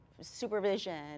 Supervision